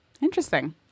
interesting